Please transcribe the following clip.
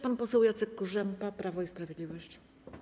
Pan poseł Jacek Kurzępa, Prawo i Sprawiedliwość.